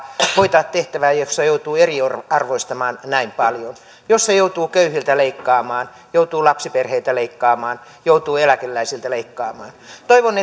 hoitaa tehtävää jossa joutuu eriarvoistamaan näin paljon jossa joutuu köyhiltä leikkaamaan joutuu lapsiperheiltä leikkaamaan joutuu eläkeläisiltä leikkaamaan toivon